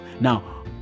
Now